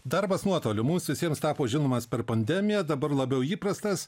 darbas nuotoliu mums visiems tapo žinomas per pandemiją dabar labiau įprastas